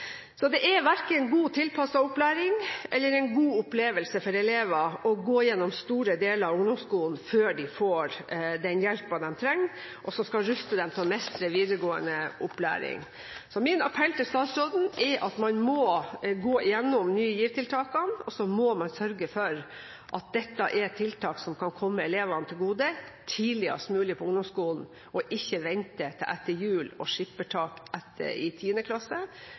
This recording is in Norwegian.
Det er verken god tilpasset opplæring eller en god opplevelse for elever å gå igjennom store deler av ungdomsskolen før de får den hjelpen de trenger, som skal ruste dem til å mestre videregående opplæring. Min appell til statsråden er at man må gå gjennom Ny GIV-tiltakene, og så må man sørge for at dette er tiltak som kan komme elevene til gode tidligst mulig på ungdomsskolen, og ikke vente til etter jul og skippertak i 10. klasse,